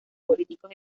políticos